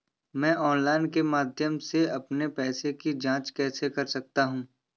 मैं ऑनलाइन के माध्यम से अपने पैसे की जाँच कैसे कर सकता हूँ?